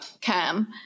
Cam